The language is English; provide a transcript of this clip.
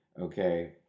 Okay